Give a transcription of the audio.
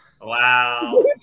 Wow